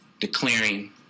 declaring